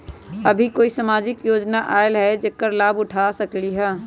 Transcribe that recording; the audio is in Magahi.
अभी कोई सामाजिक योजना आयल है जेकर लाभ हम उठा सकली ह?